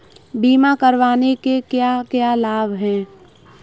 बीमा करवाने के क्या क्या लाभ हैं?